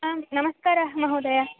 आं नमस्काराः महोदय